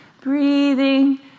breathing